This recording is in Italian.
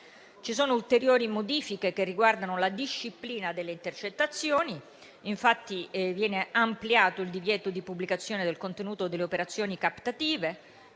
Ci sono ulteriori modifiche che riguardano la disciplina delle intercettazioni. Viene ampliato infatti il divieto di pubblicazione del contenuto delle operazioni captative,